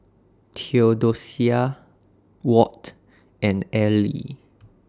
Theodocia Watt and Elie